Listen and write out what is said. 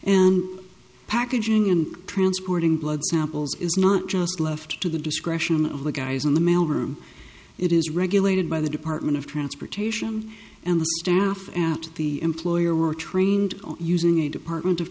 and packaging and transporting blood samples is not just left to the discretion of the guys in the mail room it is regulated by the department of transportation and the staff at the employer were trained on using a department of